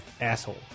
asshole